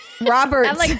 Robert